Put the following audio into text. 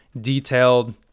detailed